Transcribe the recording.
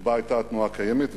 שבהן היתה התנועה הקיימת,